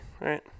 right